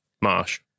Marsh